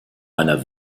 einer